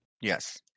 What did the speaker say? Yes